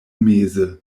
meze